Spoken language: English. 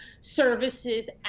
services